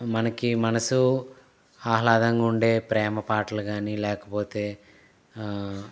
మనకి మనసు ఆహ్లాదంగా ఉండే ప్రేమ పాటలు కాని లేకపోతే